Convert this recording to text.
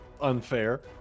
unfair